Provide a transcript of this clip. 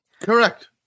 Correct